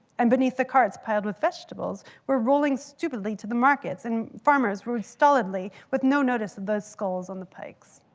and beneath the carts piled with vegetables were rolling stupidly to the markets. and farmers rode stolidly with no notice those skulls on the pikes.